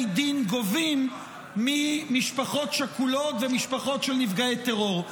דין גובים ממשפחות שכולות וממשפחות של נפגעי טרור.